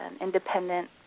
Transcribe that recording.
independent